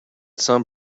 some